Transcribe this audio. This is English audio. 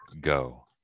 go